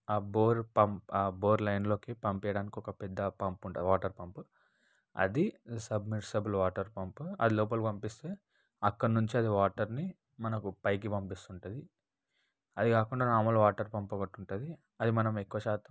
ఆ bore pump ఆ bore లైన్లోకి పంప్ వెయ్యడానికి ఒక పెద్ద పంప్ ఉంటుంది వాటర్ పంప్ అది సబ్మిర్సబుల్ వాటర్ పంప్ అది లోపలికి పంపిస్తే అక్కడ్నుంచి అది వాటర్ని మనకు పైకి పంపిస్తుంటది అది కాకుండా నార్మల్ వాటర్ పంప్ ఒకటి ఉంటుంది అది మనము ఎక్కువ శాతం